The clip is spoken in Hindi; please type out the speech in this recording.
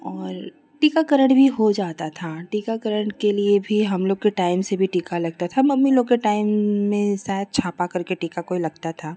और टीकाकरण भी हो जाता था टीकाकरण के लिए भी हमलोग के टाइम से भी टीका लगता था मम्मी लोग के टाइम में शायद छापा करके टीका कोई लगता था